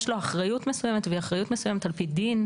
יש לו אחריות מסוימת והיא אחריות מסוימת על פי דין.